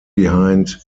behind